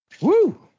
Woo